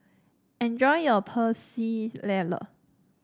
enjoy your Pecel Lele